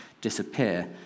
disappear